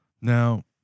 now